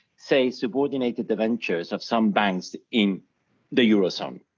say subordinated the ventures of some banks in the eurozone